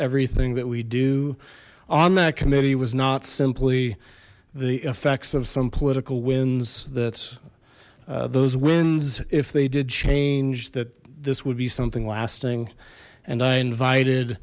everything that we do on that committee was not simply the effects of some political winds that those winds if they did change that this would be something lasting and i invited